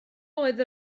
oedd